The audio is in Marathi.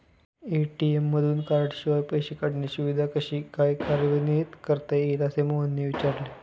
ए.टी.एम मधून कार्डशिवाय पैसे काढण्याची सुविधा कशी काय कार्यान्वित करता येईल, असे मोहनने विचारले